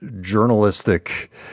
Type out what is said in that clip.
journalistic